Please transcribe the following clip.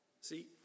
See